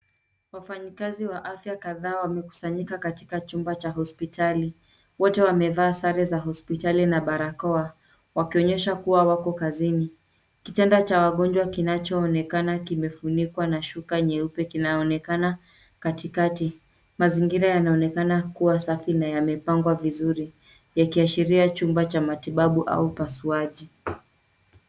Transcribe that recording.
Wafanyikazi wa afya kadhaa wamekusanyika katika chumba cha hospitali. Wote wamevaa sare za hospitali na barakoa, wakionyesha kuwa wako kazini. Kitanda cha wagonjwa kinachoonekana kimefunikwa na shuka nyeupe kinaonekana katikati. Mazingira yanaonekana kuwa safi na yamepangwa vizuri, yakiashiria chumba cha matibabu au upasuaji.